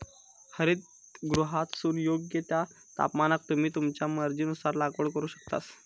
हरितगृहातसून योग्य त्या तापमानाक तुम्ही तुमच्या मर्जीनुसार लागवड करू शकतास